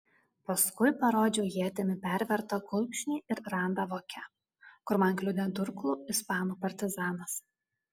paskui parodžiau ietimi pervertą kulkšnį ir randą voke kur man kliudė durklu ispanų partizanas